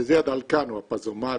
שזה הדלקן או הפזומט,